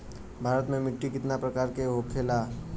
भारत में मिट्टी कितने प्रकार का होखे ला?